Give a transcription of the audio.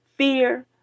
fear